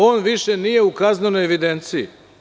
On više nije u kaznenoj evidenciji.